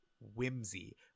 whimsy